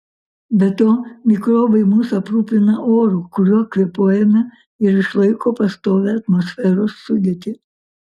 be to mikrobai mus aprūpina oru kuriuo kvėpuojame ir išlaiko pastovią atmosferos sudėtį